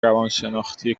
روانشناختی